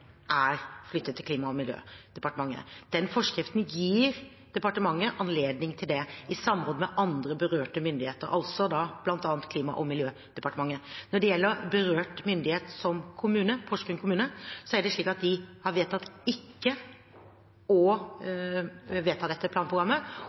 er flyttet til Klima- og miljødepartementet. Den forskriften gir departementet anledning til det, i samråd med andre berørte myndigheter, altså bl.a. Klima- og miljødepartementet. Når det gjelder Porsgrunn kommune som berørt myndighet, er det slik at de har vedtatt ikke å